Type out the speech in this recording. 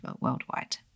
worldwide